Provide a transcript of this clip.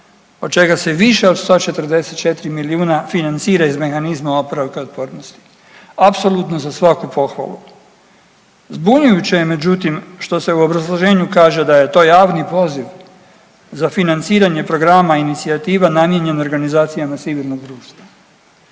od čega se više od 144 milijuna financira iz mehanizma oporavka i otpornosti. Apsolutno za svaku pohvalu. Zbunjujuće je međutim što se u obrazloženju kaže da je to javni poziv za financiranje programa inicijativa namijenjen organizacijama civilnog društva.